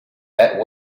that